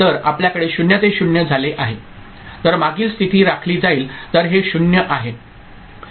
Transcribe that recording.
तर आपल्याकडे 0 ते 0 झाले आहे तर मागील स्थिती राखली जाईल तर हे 0 आहे